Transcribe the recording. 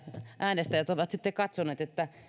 äänestäjät ovat sitten katsoneet